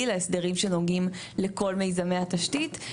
להסדרים שנוגעים לכל מיזמי התשתית.